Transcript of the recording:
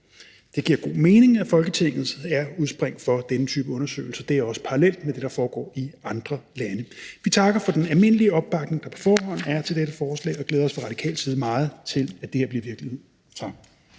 Det giver god mening, at Folketinget er udspring for denne type undersøgelser, og det er også parallelt med det, der foregår i andre lande. Vi takker for den almindelige opbakning, der på forhånd er til dette forslag, og glæder os fra radikal side meget til, at det her bliver virkelighed.